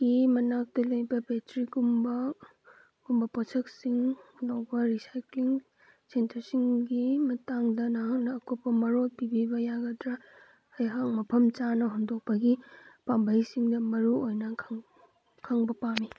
ꯒꯤ ꯃꯅꯥꯛꯇ ꯂꯩꯕ ꯕꯦꯇ꯭ꯔꯤꯒꯨꯝꯕ ꯒꯨꯝꯕ ꯄꯣꯠꯁꯛꯁꯤꯡ ꯂꯧꯕ ꯔꯤꯁꯥꯏꯀ꯭ꯂꯤꯡ ꯁꯦꯟꯇꯔꯁꯤꯡꯒꯤ ꯃꯇꯥꯡꯗ ꯃꯍꯥꯛꯅ ꯑꯀꯨꯞꯄ ꯃꯔꯣꯜ ꯄꯤꯕꯤꯕ ꯌꯥꯒꯗ꯭ꯔ ꯑꯩꯍꯥꯛ ꯃꯐꯝ ꯆꯥꯅ ꯍꯨꯟꯗꯣꯛꯄꯒꯤ ꯄꯥꯝꯕꯩꯁꯤꯡꯗ ꯃꯔꯨ ꯑꯣꯏꯅ ꯈꯪꯕ ꯄꯥꯝꯃꯤ